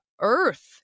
Earth